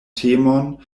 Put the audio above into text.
temon